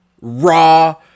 Raw